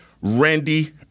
Randy